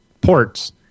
ports